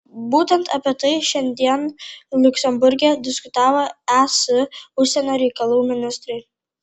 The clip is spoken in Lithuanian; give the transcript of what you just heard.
būtent apie tai šiandien liuksemburge diskutavo es užsienio reikalų ministrai